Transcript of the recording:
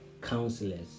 counselors